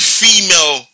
female